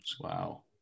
Wow